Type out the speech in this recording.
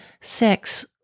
Six